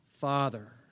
Father